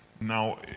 Now